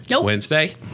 Wednesday